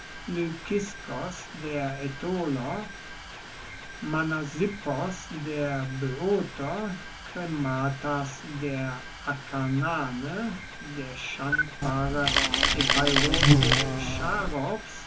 lykiskos der ätoler mnasippos der böoter chrematas der akarnane der schandbare epeirote